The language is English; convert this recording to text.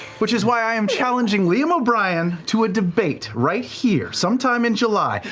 which is why i am challenging liam o'brien to a debate right here, sometime in july.